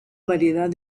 variedad